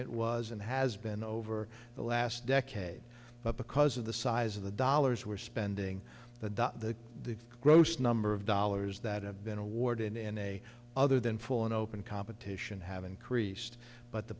it was and has been over the last decade but because of the size of the dollars we're spending the day the gross number of dollars that have been awarded in a other than full and open competition have increased but the